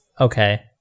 okay